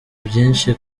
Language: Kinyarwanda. byinshi